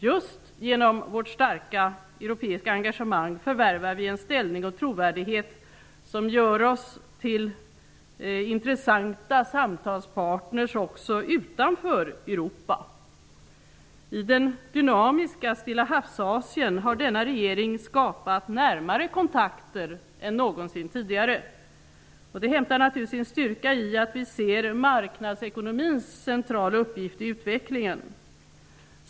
Just genom vårt starka europeiska engagemang förvärvar vi en ställning och trovärdighet som gör oss till intressanta samtalspartners också utanför I dynamiska Stilla havs-Asien har denna regering skapat närmare kontakter än någonsin tidigare. Kontakterna hämtar naturligtvis sin styrka i att vi ser marknadsekonomins centrala uppgift i utvecklingen.